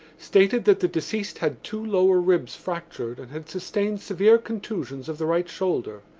stated that the deceased had two lower ribs fractured and had sustained severe contusions of the right shoulder.